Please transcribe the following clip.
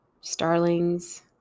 starlings